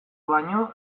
baino